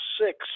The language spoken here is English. six